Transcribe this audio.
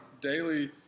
daily